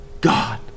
God